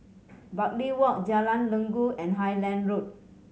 Bartley Walk Jalan Inggu and Highland Road